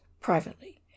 privately